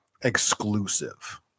exclusive